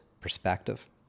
perspective